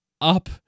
up